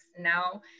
Now